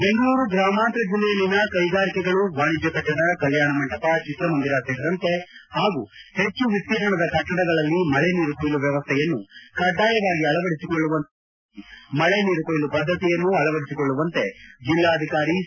ಬೆಂಗಳೂರು ಗ್ರಾಮಾಂತರ ಜಿಲ್ಲೆಯಲ್ಲಿನ ಕೈಗಾರಿಕೆಗಳು ವಾಣಿಜ್ಯ ಕಟ್ಟಡ ಕಲ್ಕಾಣ ಮಂಟಪ ಚಿತ್ರ ಮಂದಿರ ಸೇರಿದಂತೆ ಪಾಗೂ ಹೆಚ್ಚು ವಿಸ್ತೀರ್ಣದ ಕಟ್ಟಡಗಳಲ್ಲಿ ಮಳೆ ನೀರು ಕೊಯ್ಲು ವ್ಯವಸ್ಥೆಯನ್ನು ಕಡ್ಡಾಯವಾಗಿ ಅಳವಡಿಸಿಕೊಳ್ಳುವಂತೆ ಒಂದು ತಿಂಗಳೊಳಗಾಗಿ ಮಳೆ ನೀರು ಕೊಯ್ಲು ಪದ್ದತಿಯನ್ನು ಅಳವಡಿಸಿಕೊಳ್ಳುವಂತೆ ಜಿಲ್ಲಾಧಿಕಾರಿ ಸಿ